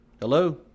Hello